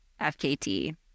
FKT